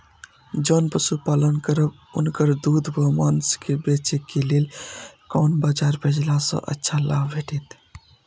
जोन पशु पालन करब उनकर दूध व माँस के बेचे के लेल कोन बाजार भेजला सँ अच्छा लाभ भेटैत?